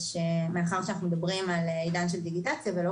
מאחר שאנחנו מדברים על עידן של דיגיטציה ולא